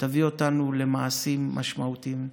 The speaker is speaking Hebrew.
יביאו אותנו למעשים משמעותיים.